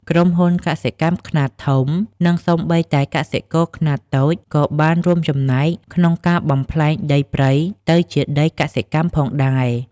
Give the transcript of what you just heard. ក្រុមហ៊ុនកសិកម្មខ្នាតធំ និងសូម្បីតែកសិករខ្នាតតូចក៏បានរួមចំណែកក្នុងការបំប្លែងដីព្រៃទៅជាដីកសិកម្មផងដែរ។